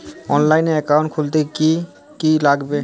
অনলাইনে একাউন্ট খুলতে কি কি লাগবে?